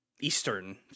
Eastern